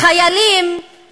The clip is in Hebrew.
חיילים